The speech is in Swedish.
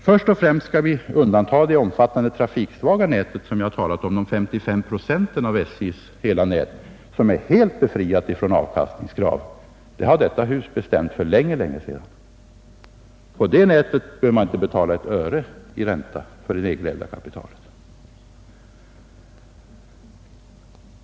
Först och främst bör vi undanta det omfattande trafiksvaga nätet, som enligt vad jag tidigare sagt utgör 55 procent av SJ:s hela nät och som är helt befriat från avkastningskrav. Detta har bestämts för länge, länge sedan i riksdagen, och när det gäller detta nät behöver således SJ inte betala ett enda öre i ränta för det nedgrävda kapitalet.